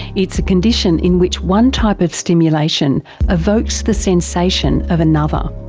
it's a condition in which one type of stimulation evokes the sensation of another.